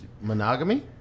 monogamy